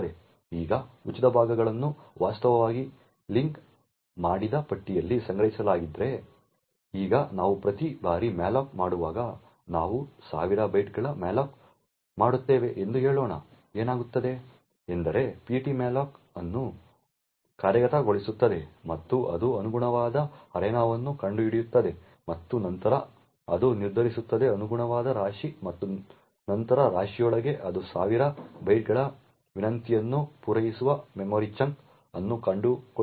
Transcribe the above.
ಈಗ ಉಚಿತ ಭಾಗಗಳನ್ನು ವಾಸ್ತವವಾಗಿ ಲಿಂಕ್ ಮಾಡಿದ ಪಟ್ಟಿಯಲ್ಲಿ ಸಂಗ್ರಹಿಸಲಾಗಿದೆ ಈಗ ನಾವು ಪ್ರತಿ ಬಾರಿ malloc ಮಾಡುವಾಗ ನಾವು 1000 ಬೈಟ್ಗಳ malloc ಮಾಡುತ್ತೇವೆ ಎಂದು ಹೇಳೋಣ ಏನಾಗುತ್ತದೆ ಎಂದರೆ ptmalloc ಅದನ್ನು ಕಾರ್ಯಗತಗೊಳಿಸುತ್ತದೆ ಮತ್ತು ಅದು ಅನುಗುಣವಾದ ಅರೆನಾವನ್ನು ಕಂಡುಹಿಡಿಯುತ್ತದೆ ಮತ್ತು ನಂತರ ಅದು ನಿರ್ಧರಿಸುತ್ತದೆ ಅನುಗುಣವಾದ ರಾಶಿ ಮತ್ತು ನಂತರ ರಾಶಿಯೊಳಗೆ ಅದು 1000 ಬೈಟ್ಗಳ ವಿನಂತಿಯನ್ನು ಪೂರೈಸುವ ಮೆಮೊರಿ ಚಂಕ್ ಅನ್ನು ಕಂಡುಕೊಳ್ಳುತ್ತದೆ